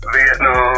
Vietnam